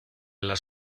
las